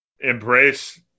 embrace